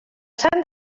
santa